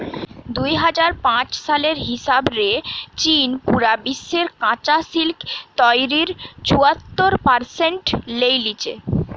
দুই হাজার পাঁচ সালের হিসাব রে চীন পুরা বিশ্বের কাচা সিল্ক তইরির চুয়াত্তর পারসেন্ট লেই লিচে